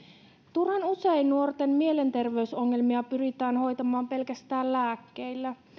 turhan usein nuorten mielenterveysongelmia pyritään hoitamaan pelkästään lääkkeillä